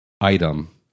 item